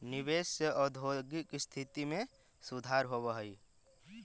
निवेश से औद्योगिक स्थिति में सुधार होवऽ हई